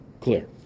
clear